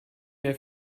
der